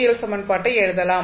L சமன்பாட்டை எழுதலாம்